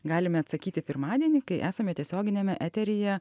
galime atsakyti pirmadienį kai esame tiesioginiame eteryje